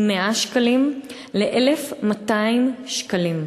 מ-100 שקלים ל-1,200 שקלים,